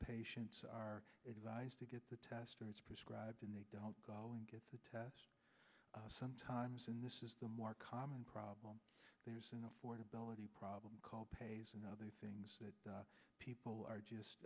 patients are advised to get the testing as prescribed and they don't go and get the test sometimes and this is the more common problem there's an affordability problem called pays and other things that people are just